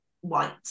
white